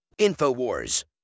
Infowars